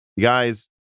guys